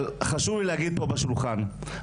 תודה.